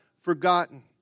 forgotten